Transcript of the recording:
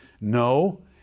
no